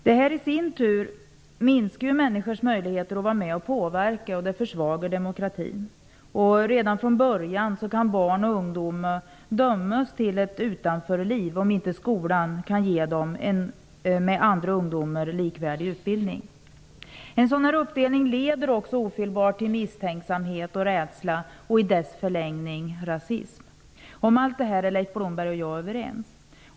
Detta i sin tur minskar ju människors möjligheter att vara med och påverka samtidigt som det försvagar demokratin. Redan från början kan barn och ungdomar dömas till ett utanförliv, om inte skolan kan ge dem en med andra ungdomar likvärdig utbildning. En sådan här uppdelning leder också ofelbart till misstänksamhet och rädsla och i förlängningen till rasism. Om allt detta är Leif Blomberg och jag överens.